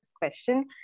question